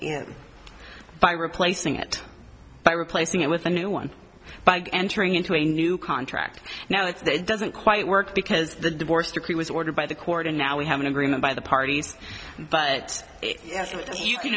it's by rip wasting it by replacing it with a new one by entering into a new contract now it's the it doesn't quite work because the divorce decree was ordered by the court and now we have an agreement by the parties but yes you can